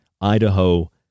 Idaho